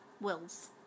Wills